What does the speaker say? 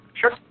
Sure